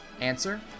Answer